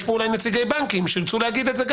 יש פה אולי נציגי בנקים שירצו אולי גם להגיד את זה.